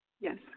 Yes